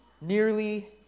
nearly